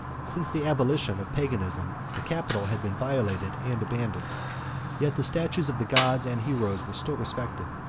since the abolition of paganism, the capitol had been violated and abandoned yet the statues of the gods and heroes were still respected,